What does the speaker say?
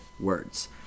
words